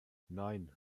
nein